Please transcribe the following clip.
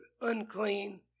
unclean